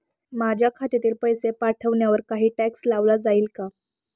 माझ्या खात्यातील पैसे पाठवण्यावर काही टॅक्स लावला जाईल का?